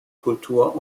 kultur